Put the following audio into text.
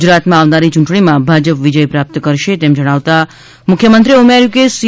ગુજરાતમાં આવનારી યૂંટણીમાં ભાજપ વિજય પ્રાપ્ત કરશે તેમ જણાવતાં મુખ્યમંત્રીએ ઉમેર્યુ કે સી